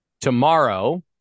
tomorrow